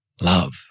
love